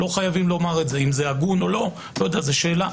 אם זה הגון או לא לא יודע, שאלה.